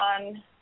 on